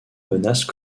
menaces